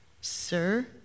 Sir